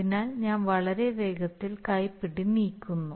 അതിനാൽ ഞാൻ വളരെ വേഗത്തിൽ കൈപ്പിടി നീക്കുന്നു